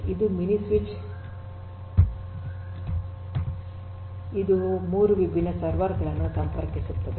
ಇದು mini switch ಮತ್ತು ಇದು 3 ವಿಭಿನ್ನ ಸರ್ವರ್ ಗಳನ್ನು ಸಂಪರ್ಕಿಸುತ್ತದೆ